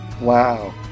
Wow